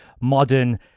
modern